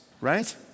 Right